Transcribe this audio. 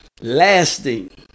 lasting